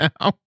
now